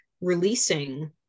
releasing